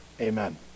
Amen